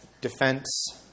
defense